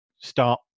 start